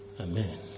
Amen